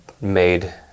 made